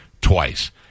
twice